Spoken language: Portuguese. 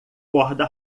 corda